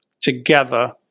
together